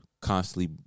constantly